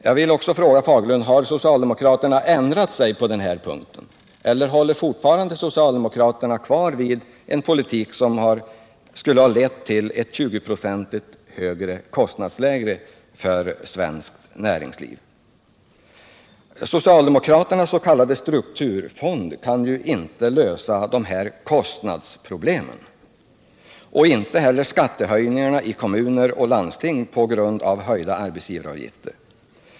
Jag vill också fråga Bengt Fagerlund: Har socialdemokraterna ändrat sig på den här punkten eller håller ni fortfarande fast vid en politik som skulle ha lett till ett 20 96 högre kostnadsläge för svensk exportindustri? Socialdemokraternas s.k. strukturfond kan ju inte lösa våra kostnadsproblem och inte heller förhindra skattehöjningar i kommuner och landsting på grund av höjda arbetsgivaravgifter.